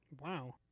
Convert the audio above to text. Wow